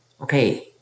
okay